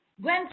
Gwen